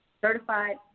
certified